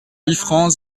liffrand